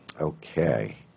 Okay